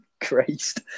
Christ